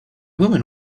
woman